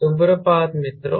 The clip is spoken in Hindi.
सुप्रभात मित्रों